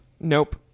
Nope